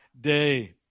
day